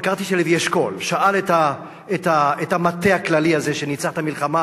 אבל קראתי שלוי אשכול שאל את המטה הכללי הזה שניצח את המלחמה